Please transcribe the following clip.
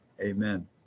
Amen